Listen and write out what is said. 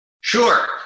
Sure